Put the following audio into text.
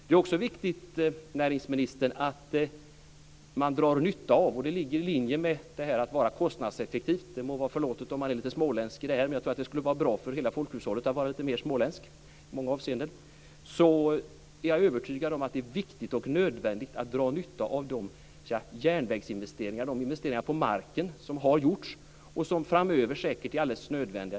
Det är också viktigt och nödvändigt, näringsministern, att man drar nytta av de järnvägsinvesteringar och de investeringar på marken som har gjorts och som framöver säkert är alldeles nödvändiga. Det ligger i linje med att vara kostnadseffektiv. Det må vara förlåtet om man är lite småländsk i detta. Jag tror att det skulle vara bra för hela folkhushållet att vara lite mer småländsk i många avseenden.